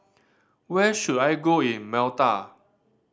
where should I go in Malta